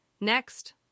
Next